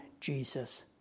Jesus